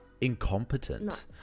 incompetent